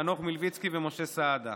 חנוך מלביצקי ומשה סעדה.